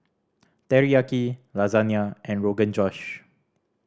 Teriyaki Lasagne and Rogan Josh